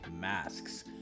masks